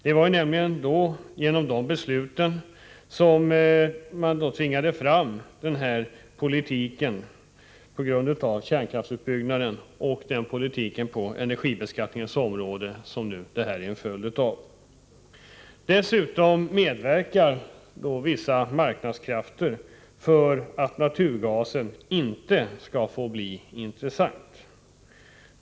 Det var alltså genom dessa beslut som man tvingade fram den nuvarande politiken på energibeskattningens område. Dessutom medverkar vissa marknadskrafter till att naturgasen inte skall få bli intressant.